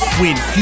win